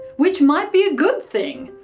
which might be a good thing!